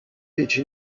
fece